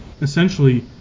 essentially